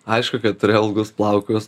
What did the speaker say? aišku kad turėjau ilgus plaukus